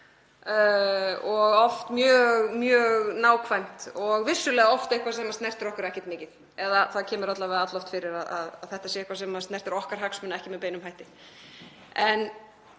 og oft mjög nákvæmt og vissulega oft eitthvað sem snertir okkur ekkert mikið, eða það kemur alla vega alloft fyrir að þetta snertir ekki okkar hagsmuni með beinum hætti.